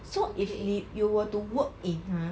so if 你 you were to work in !huh!